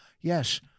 yes